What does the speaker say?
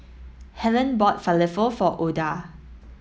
Hellen bought Falafel for Oda